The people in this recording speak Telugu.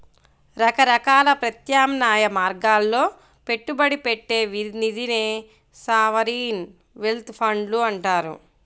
రకరకాల ప్రత్యామ్నాయ మార్గాల్లో పెట్టుబడి పెట్టే నిధినే సావరీన్ వెల్త్ ఫండ్లు అంటారు